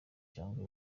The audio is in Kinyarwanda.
cyangwa